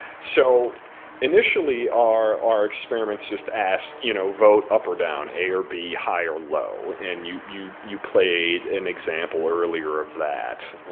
so initially, our our experiments just asked, you know, vote up or down, a or b, high or low. and you you played an example earlier of that.